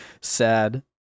sad